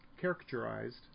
characterized